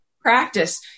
practice